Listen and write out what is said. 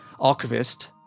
archivist